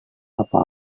apa